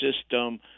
system